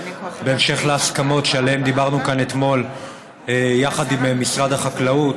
בהמשך להסכמות שעליהן דיברנו כאן אתמול יחד עם משרד החקלאות.